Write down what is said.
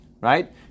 right